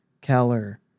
Keller